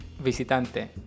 Visitante